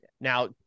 Now